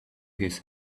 his